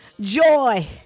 joy